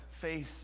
faith